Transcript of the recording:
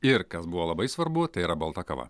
ir kas buvo labai svarbu tai yra balta kava